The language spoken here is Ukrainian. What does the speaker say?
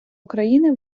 україни